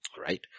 Right